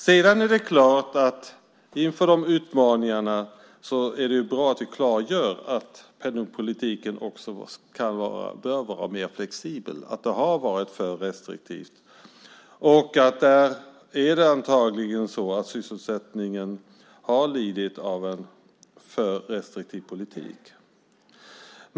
Det är klart att inför de utmaningarna är det bra att vi klargör att penningpolitiken också bör vara mer flexibel och att den har varit för restriktiv. Antagligen är det så att sysselsättningen har lidit av en för restriktiv politik.